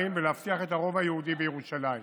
ולהבטיח את הרוב היהודי בירושלים.